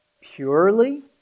Purely